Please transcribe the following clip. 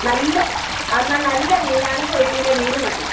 നല്ല ആ എന്നാൽ നല്ല മീൻ ആണെങ്കിൽ ഒരു കിലോ മീൻ മതി